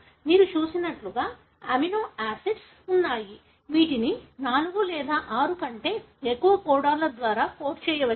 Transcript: మీరు చూసినట్లుగా అమినో ఆసిడ్లు ఉన్నాయి వీటిని 4 లేదా 6 కంటే ఎక్కువ కోడన్ల ద్వారా కోడ్ చేయవచ్చు